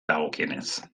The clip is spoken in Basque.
dagokienez